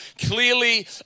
clearly